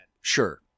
Sure